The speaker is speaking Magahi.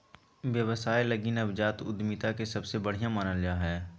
व्यवसाय लगी नवजात उद्यमिता के सबसे बढ़िया मानल जा हइ